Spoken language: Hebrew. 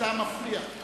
אתה לא שמעת.